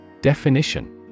Definition